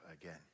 again